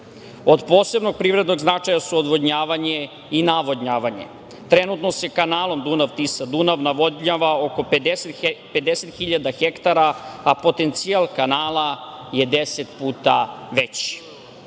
Od posebnog privrednog značaja su odvodnjavanje i navodnjavanje. Trenutno se kanalom Dunav-Tisa-Dunav navodnjava oko 50.000 hektara, a potencijal kanala je 10 puta veći. Mi